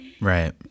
Right